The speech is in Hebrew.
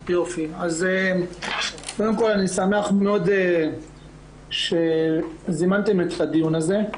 אז, קודם כול, אני שמח מאוד שזימנתם את הדיון הזה.